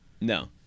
No